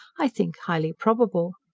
i think highly probable.